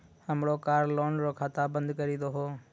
हमरो car loan रो खाता बंद करी दहो